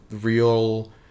real